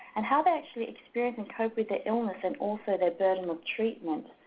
and how they actually experience and cope with their illness, and also the burden of treatment.